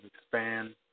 expand